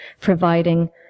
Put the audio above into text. providing